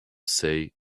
say